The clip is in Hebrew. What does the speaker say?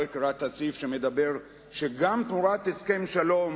לא אקרא את הסעיף שאומר שגם תמורת הסכם שלום